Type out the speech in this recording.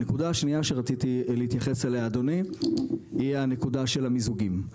הנקודה השנייה שרציתי להתייחס אליה אדוני היא הנקודה של המיזוגים.